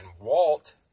Walt